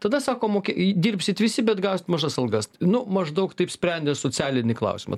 tada sako mokė i dirbsit visi bet gausit mažas algas nu maždaug taip sprendė socialinį klausimą